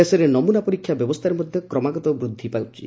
ଦେଶରେ ନମୁନା ପରୀକ୍ଷା ବ୍ୟବସ୍ଥାରେ ମଧ୍ୟ କ୍ରମାଗତ ଭାବେ ବୃଦ୍ଧି ଘଟୁଛି